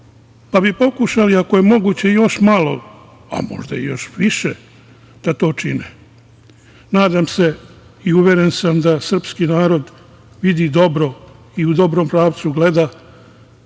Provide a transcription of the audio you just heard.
pa bi pokušali ako je moguće još malo, a možda i još više da to čine. Nadam se i uveren sam da srpski narod vidi dobro i u dobrom pravcu gleda,